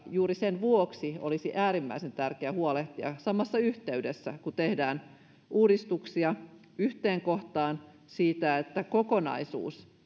juuri sen vuoksi olisi äärimmäisen tärkeää huolehtia samassa yhteydessä kun tehdään uudistuksia yhteen kohtaan siitä että kokonaisuus